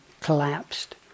collapsed